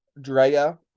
Drea